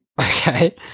Okay